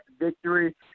victory